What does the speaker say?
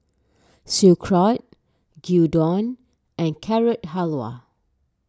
Sauerkraut Gyudon and Carrot Halwa